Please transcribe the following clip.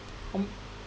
how